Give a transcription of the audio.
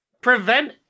prevent